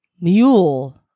mule